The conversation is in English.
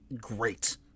great